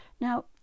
Now